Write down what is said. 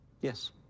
Yes